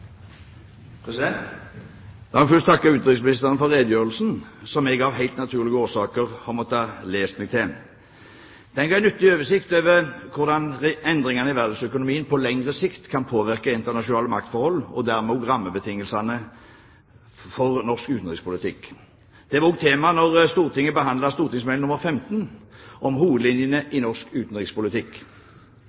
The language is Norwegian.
La meg først takke utenriksministeren for redegjørelsen, som jeg av helt naturlige årsaker har måttet lese meg til. Den ga en nyttig oversikt over hvordan endringene i verdensøkonomien på lengre sikt kan påvirke internasjonale maktforhold og dermed også rammebetingelsene for norsk utenrikspolitikk. Det var også tema da Stortinget behandlet St.meld. nr. 15 for 2008–2009 om hovedlinjene i norsk utenrikspolitikk.